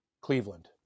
Cleveland